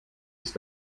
ist